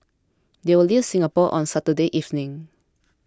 they will leave Singapore on Saturday evening